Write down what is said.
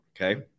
Okay